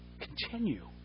continue